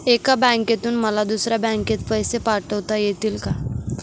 एका बँकेतून मला दुसऱ्या बँकेत पैसे पाठवता येतील का?